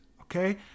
okay